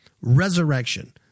resurrection